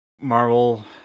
Marvel